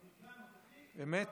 במקרה הנוכחי, מורכב יותר.